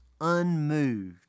unmoved